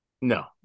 No